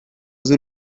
z’u